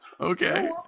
Okay